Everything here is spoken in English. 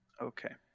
Okay